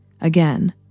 Again